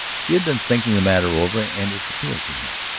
he had been thinking the matter over and it appealed to him.